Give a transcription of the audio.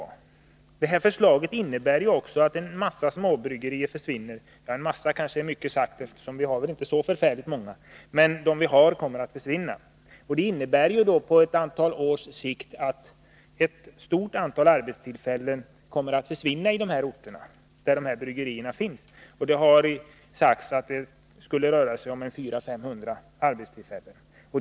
att förbättra konkurrensen inom bryggeribranschen Detta förslag innebär också att en mängd småbryggerier — en mängd kanske är mycket sagt, eftersom vi inte har så förfärligt många — kommer att försvinna. Det innebär på några års sikt att ett stort antal arbetstillfällen kommer att försvinna i de orter där dessa bryggerier finns. Det har sagts att det skulle röra sig om 400-500 arbetstillfällen.